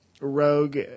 Rogue